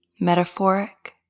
Metaphoric